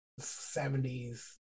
70s